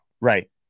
Right